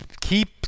keep